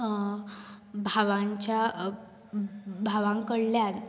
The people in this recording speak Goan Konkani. अं भावांच्या भावां कडल्यान